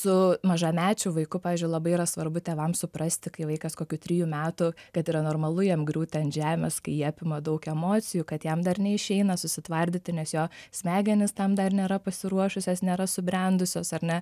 su mažamečiu vaiku pavyzdžiui labai yra svarbu tėvams suprasti kai vaikas kokių trijų metų kad yra normalu jam griūti ant žemės kai jį apima daug emocijų kad jam dar neišeina susitvardyti nes jo smegenys tam dar nėra pasiruošusios nėra subrendusios ar ne